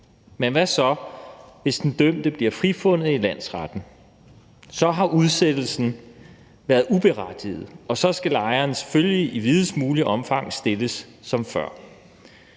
Men hvad så, hvis den dømte bliver frifundet i landsretten? Så har udsættelsen været uberettiget, og så skal lejeren selvfølgelig i videst muligt omfang stilles som før.